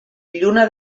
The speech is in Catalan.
lluna